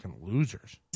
Losers